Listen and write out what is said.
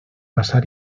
passar